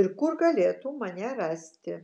ir kur galėtų mane rasti